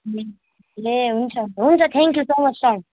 ए हुन्छ हुन्छ thank you so much sir